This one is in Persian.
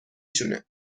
شونه